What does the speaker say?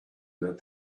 that